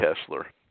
Kessler